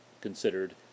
considered